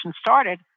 started